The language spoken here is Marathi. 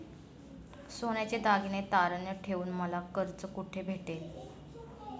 सोन्याचे दागिने तारण ठेवून मला कर्ज कुठे भेटेल?